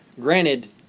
granted